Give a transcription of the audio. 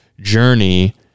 journey